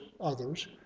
others